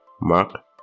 Mark